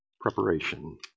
preparation